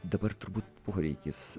dabar turbūt poreikis